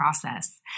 process